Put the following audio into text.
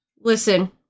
Listen